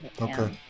Okay